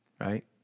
right